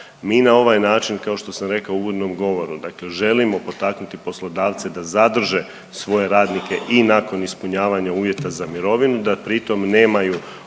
Mi na ovaj način, kao što sam rekao u uvodnom govoru, dakle želimo potaknuti poslodavce da zadrže svoje radnike i nakon ispunjavanja uvjeta za mirovinu, da pritom nemaju